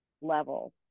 level